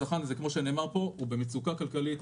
הצרכן הוא במצוקה כלכלית,